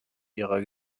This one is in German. ihrer